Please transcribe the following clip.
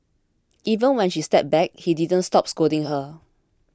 even when she stepped back he didn't stop scolding her